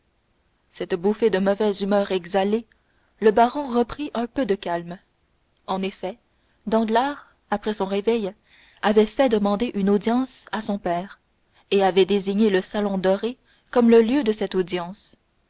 cette bouffée de mauvaise humeur exhalée le baron reprit un peu de calme en effet mlle danglars après son réveil avait fait demander une audience à son père et avait désigné le salon doré comme le lieu de cette audience